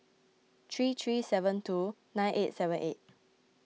three three seven two nine eight seven eight